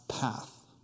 path